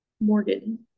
Morgan